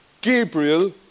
Gabriel